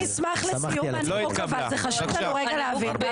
אבל אני אשמח לסיום הנימוק, זה חשוב לנו להבין.